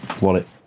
wallet